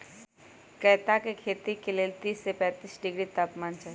कैता के खेती लेल तीस से पैतिस डिग्री तापमान चाहि